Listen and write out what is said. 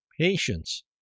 patience